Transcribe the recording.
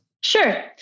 Sure